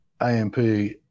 AMP